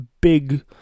big